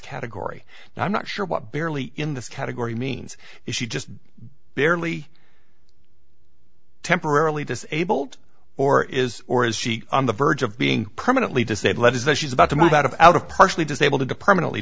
category and i'm not sure what barely in this category means is she just barely temporarily disabled or is or is she on the verge of being permanently disabled it is that she's about to move out of out of partially disabled into permanently